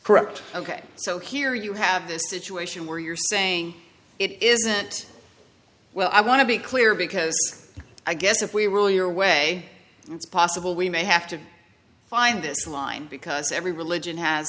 correct ok so here you have this situation where you're saying it isn't well i want to be clear because i guess if we really are way it's possible we may have to find this line because every religion has